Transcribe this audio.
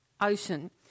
ocean